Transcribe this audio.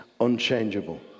unchangeable